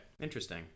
Interesting